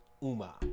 Uma